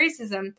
racism